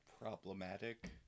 Problematic